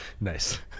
Nice